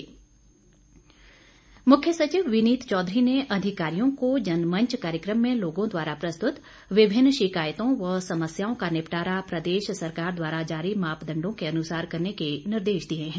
मुख्य सचिव मुख्य सचिव विनीत चौधरी ने अधिकारियों को जनमंच कार्यक्रम में लोगों द्वारा प्रस्तुत विभिन्न शिकायतों व समस्याओं का निपटारा प्रदेश सरकार द्वारा जारी मापदंडों के अनुसार करने के निर्देश दिए हैं